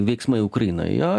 veiksmai ukrainoj jo